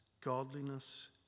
godliness